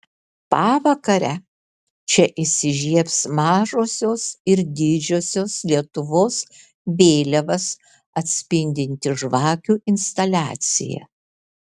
pavakarę čia įsižiebs mažosios ir didžiosios lietuvos vėliavas atspindinti žvakių instaliacija